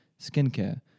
skincare